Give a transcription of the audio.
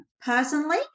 personally